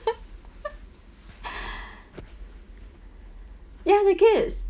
ya because